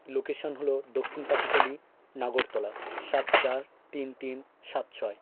location হল দক্ষিণ পাতিখালি নাগরতলা সাত চার তিন তিন সাত ছয়